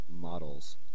models